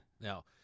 Now